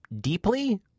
deeply